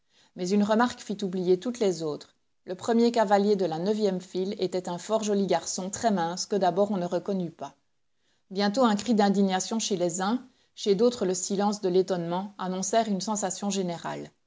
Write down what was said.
mais une remarque fit oublier toutes les autres le premier cavalier de la neuvième file était un fort joli garçon très mince que d'abord on ne reconnut pas bientôt un cri d'indignation chez les uns chez d'autres le silence de l'étonnement annoncèrent une sensation générale